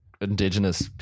indigenous